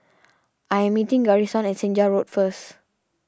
I am meeting Garrison at Senja Road first